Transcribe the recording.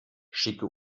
schicke